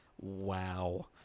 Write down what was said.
Wow